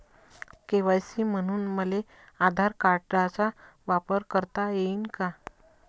KYC म्हनून मले आधार कार्डाचा वापर करता येईन का?